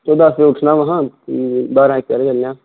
सबेरे दस बजे उट्ठना महा बारां इक बजे चलने आं